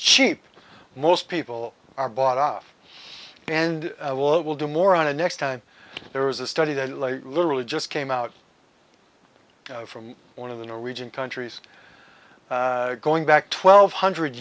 cheap most people are bought off and will do more on a next time there was a study that literally just came out from one of the norwegian countries going back twelve hundred